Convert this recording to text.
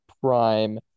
prime